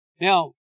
Now